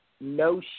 No